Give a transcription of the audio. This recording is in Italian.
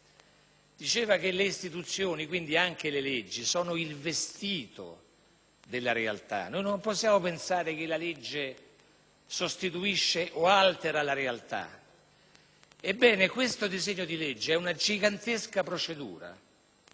sosteneva che le istituzioni (e quindi anche le leggi) fossero il vestito della realtà. Non possiamo pensare che la legge sostituisca o alteri la realtà. Ebbene, questo disegno di legge è una gigantesca e